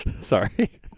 sorry